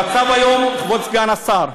המצב היום, כבוד סגן השר,